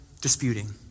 disputing